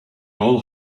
all